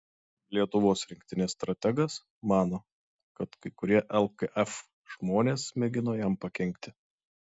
lietuvos rinktinės strategas mano kad kai kurie lkf žmonės mėgino jam pakenkti